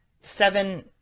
seven